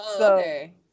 Okay